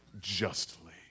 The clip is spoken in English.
justly